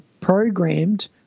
programmed